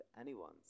anyone's